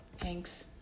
Thanks